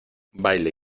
baile